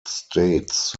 states